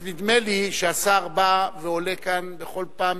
רק נדמה לי שהשר בא ועולה כאן בכל פעם